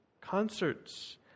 concerts